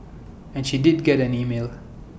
and she did get an email